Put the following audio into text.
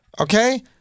Okay